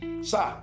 sir